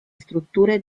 strutture